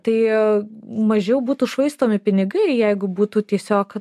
tai mažiau būtų švaistomi pinigai jeigu būtų tiesiog